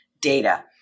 data